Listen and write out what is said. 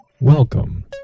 Welcome